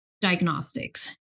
diagnostics